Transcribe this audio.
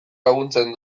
laguntzen